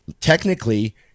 technically